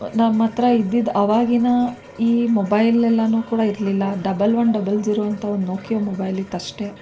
ನಮ್ಮ ಹತ್ರ ಇದ್ದಿದ್ದು ಆವಾಗಿನ ಈ ಮೊಬೈಲ್ ಎಲ್ಲನೂ ಕೂಡ ಇರಲಿಲ್ಲ ಡಬಲ್ ಒನ್ ಡಬಲ್ ಜೀರೋ ಅಂತ ಒಂದು ನೋಕಿಯಾ ಮೊಬೈಲ್ ಇತ್ತು ಅಷ್ಟೇ